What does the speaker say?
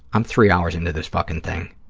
i'm three hours into this fucking thing.